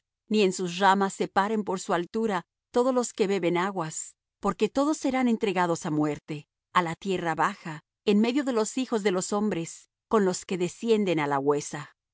ni en sus ramas se paren por su altura todos los que beben aguas porque todos serán entregados á muerte á la tierra baja en medio de los hijos de los hombres con los que descienden á la huesa